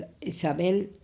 Isabel